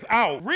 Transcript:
out